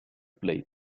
plate